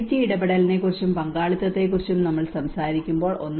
community ഇടപെടലിനെക്കുറിച്ചും പങ്കാളിത്തത്തെക്കുറിച്ചും നമ്മൾ സംസാരിക്കുമ്പോൾ